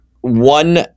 one